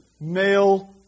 Male